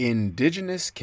Indigenous